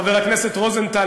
חבר הכנסת רוזנטל,